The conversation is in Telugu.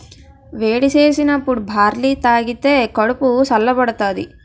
వేడి సేసినప్పుడు బార్లీ తాగిదే కడుపు సల్ల బడతాది